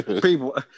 People